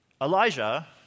Elijah